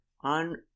on